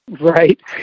Right